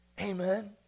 Amen